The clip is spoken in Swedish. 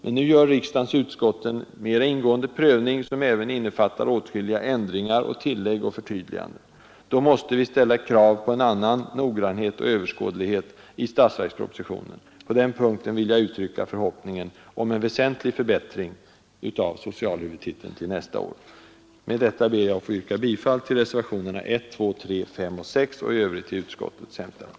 Men nu gör riksdagens utskott en mer ingående prövning, som även innefattar åtskilliga ändringar, tillägg och förtydliganden. Då måste vi ställa krav på en annan noggrannhet och överskådlighet i statsverkspropositionen. På den punkten vill jag uttrycka förhoppningen om en väsentlig förbättring av socialhuvudtiteln till nästa år. Med detta ber jag att få yrka bifall till reservationerna 1, 2, 3, 5 och 6 samt i övrigt till utskottets hemställan.